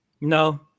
No